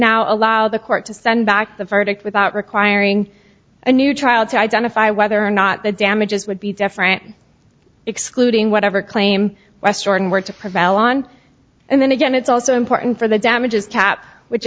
now allow the court to send back the verdict without requiring a new trial to identify whether or not the damages would be different excluding whatever claim western word to prevail on and then again it's also important for the damages cap which